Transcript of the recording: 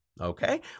okay